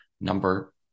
number